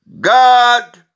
God